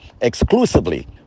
Exclusively